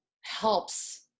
helps